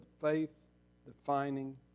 faith-defining